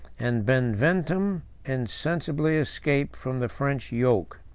and benventum insensibly escaped from the french yoke.